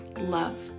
love